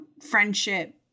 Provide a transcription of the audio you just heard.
friendship